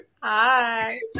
Hi